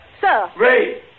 Sir